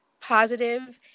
positive